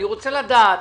אני רוצה לדעת.